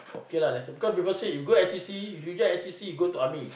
K lah then i say because people say if go N_C_C future N_C_C go to army